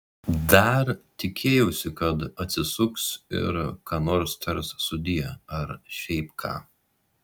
dar tikėjausi kad atsisuks ir ką nors tars sudie ar šiaip ką